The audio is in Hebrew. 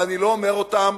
אבל אני לא אומר אותם